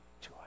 joy